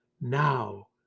now